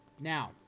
Now